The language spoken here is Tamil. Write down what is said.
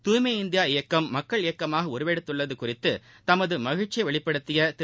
தூய்மை இந்தியா இயக்கம் மக்கள் இயக்கமாக உருவெடுத்துள்ளது குறித்து தமது மகிழ்ச்சியை வெளிப்படுத்திய திரு